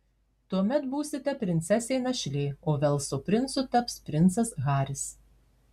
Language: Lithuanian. tuomet būsite princesė našlė o velso princu taps princas haris